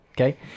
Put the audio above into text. Okay